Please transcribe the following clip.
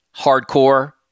hardcore